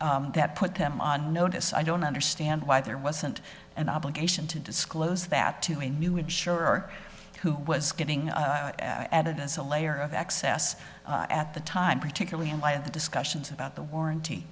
that put them on notice i don't understand why there wasn't an obligation to disclose that to a new mature who was getting at it as a layer of excess at the time particularly in light of the discussions about the warranty